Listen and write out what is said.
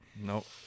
Nope